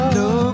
no